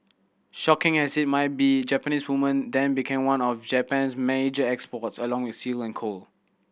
shocking as it might be Japanese women then became one of Japan's major exports along with silk and coal